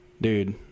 Dude